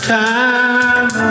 time